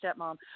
stepmom